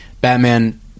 Batman